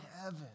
heaven